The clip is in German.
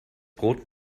brot